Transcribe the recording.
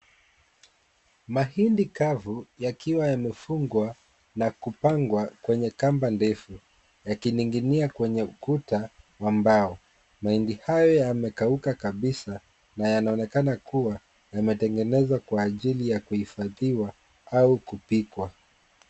Mahindi kavu yakiwa yamefungwa na kupangwa kwenye kamba ndefu yakininginia kwenye ukuta wa mbao. Mahindi hayo yamekauka kabisa na yanaonekana kuwa yametengenezwa kwa ajili ya kuhifadhiwa au kupikwa.